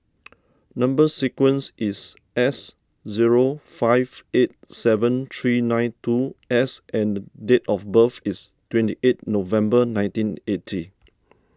Number Sequence is S zero five eight seven three nine two S and date of birth is twenty eight November nineteen eighty